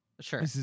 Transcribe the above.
Sure